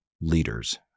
leaders